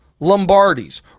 Lombardis